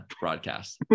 broadcast